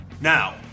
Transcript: Now